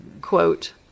Quote